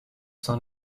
sein